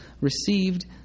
received